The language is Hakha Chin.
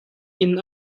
inn